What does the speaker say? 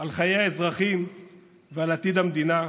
על חיי האזרחים ועל עתיד המדינה,